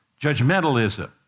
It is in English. Judgmentalism